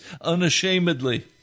unashamedly